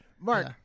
Mark